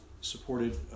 supported